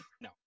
No